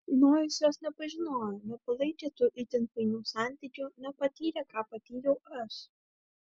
nojus jos nepažinojo nepalaikė tų itin painių santykių nepatyrė ką patyriau aš